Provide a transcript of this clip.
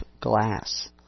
glass